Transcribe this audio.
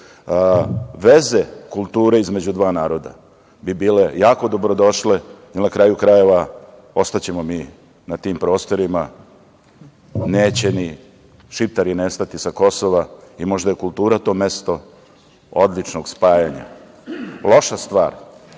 veze kulture između dva naroda bi bile jako dobrodošle, jer na kraju krajeva ostaćemo mi na tim prostorima, neće ni Šiptari nestati sa Kosova i možda je kultura to mesto odličnog spajanja. Loša stvar